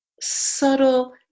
subtle